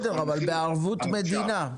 בסדר, אבל בערבות מדינה.